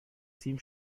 team